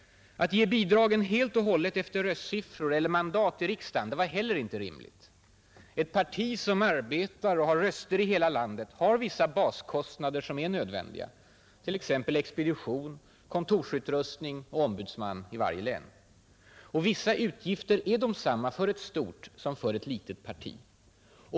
Att ge bidragen helt och hållet efter röstsiffror eller mandat i riksdagen var heller inte rimligt. Ett parti som arbetar och har röster i hela landet har vissa baskostnader som är nödvändiga: t.ex. expedition, kontorsutrustning och ombudsman i varje län. Och vissa utgifter är desamma för ett stort som för ett litet parti.